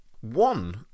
One